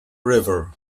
river